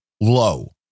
low